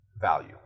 value